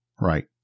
Right